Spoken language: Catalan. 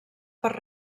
per